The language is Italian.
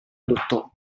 adottò